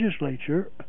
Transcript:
legislature